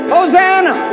Hosanna